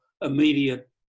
immediate